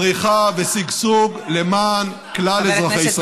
פריחה ושגשוג למען כלל אזרחי ישראל.